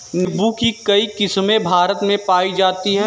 नीम्बू की कई किस्मे भारत में पाई जाती है